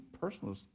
personal